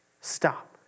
stop